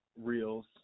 reels